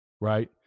right